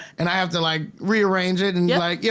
and i have to like rearrange it and yeah like yeah